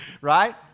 right